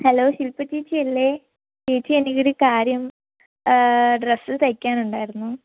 hello Shilpa ച്ചേച്ചി അല്ലെ ചേച്ചി എനിക്കൊരു കാര്യം ഡ്രെസ്സ് തയ്ക്കാനുണ്ടായിരുന്നു